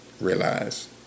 realize